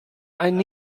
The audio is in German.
einen